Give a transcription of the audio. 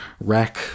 rack